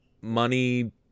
Money